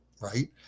right